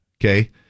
Okay